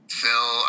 phil